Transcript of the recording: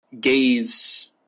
gaze